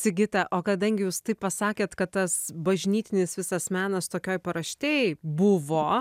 sigita o kadangi jūs taip pasakėt kad tas bažnytinis visas menas tokioj paraštėj buvo